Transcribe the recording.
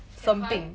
小孩